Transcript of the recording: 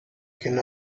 can